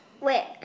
Wait